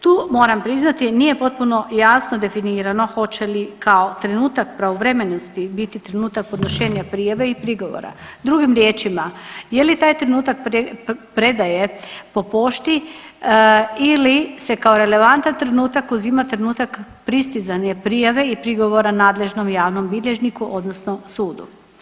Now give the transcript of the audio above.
Tu moram priznati nije potpuno jasno definirano hoće li kao trenutak pravovremenosti biti trenutak podnošenja prijave i prigovora, drugim riječima je li taj trenutak predaje po pošti ili se kao relevantan trenutak uzima trenutak pristizanja prijave i prigovora nadležnom javnom bilježniku odnosno sudu.